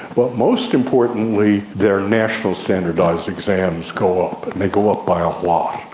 but most importantly their national standardised exams go up and they go up by a lot.